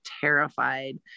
terrified